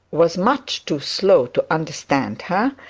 was much too slow to understand her,